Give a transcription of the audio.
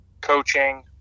coaching